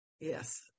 yes